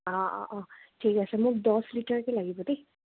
অ' অ' অ' ঠিক আছে মোক দহ লিটাৰকৈ লাগিব দেই